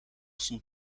stond